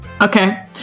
Okay